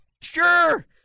Sure